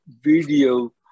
video